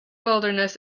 wilderness